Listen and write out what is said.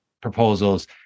proposals